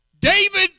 David